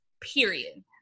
period